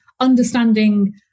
understanding